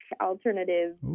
alternative